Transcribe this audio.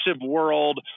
world